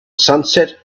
sunset